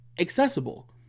accessible